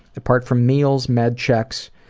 apart from meals, med checks,